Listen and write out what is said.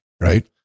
right